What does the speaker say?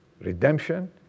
redemption